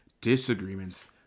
disagreements